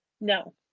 No